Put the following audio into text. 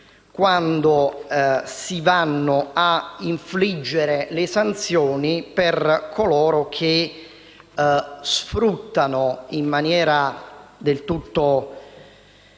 quando si vanno a infliggere le sanzioni per coloro che sfruttano, in maniera amorale,